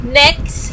next